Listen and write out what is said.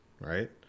right